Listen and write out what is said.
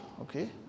okay